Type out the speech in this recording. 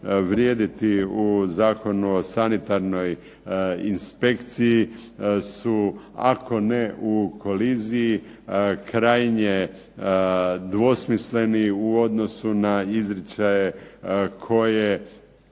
vrijediti u Zakonu o sanitarnoj inspekciji su ako ne u koliziji krajnje dvosmisleni u odnosu na izričaje koji